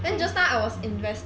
then just now I was invest~